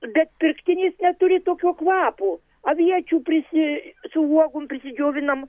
bet pirktinės neturi tokio kvapo aviečių prisi su uogom prisidžiovinam